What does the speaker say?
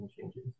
changes